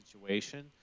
situation